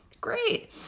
Great